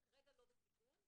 אתה כרגע לא בסיכון,